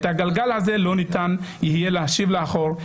את הגלגל הזה לא ניתן יהיה להשיב לאחור,